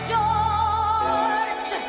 George